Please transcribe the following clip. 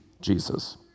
Jesus